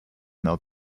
mel